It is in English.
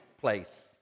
place